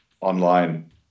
online